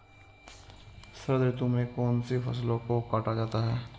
शरद ऋतु में कौन सी फसलों को काटा जाता है?